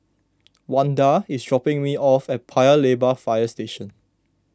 Wanda is dropping me off at Paya Lebar Fire Station